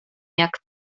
jak